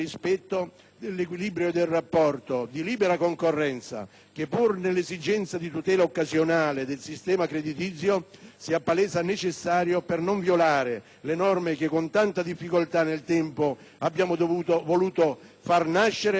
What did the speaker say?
dell'equilibrio del rapporto di libera concorrenza che, pur nell'esigenza di tutela occasionale del sistema creditizio, si appalesa necessario per non violare le norme che con tanta difficoltà nel tempo abbiamo voluto far nascere, ovvero di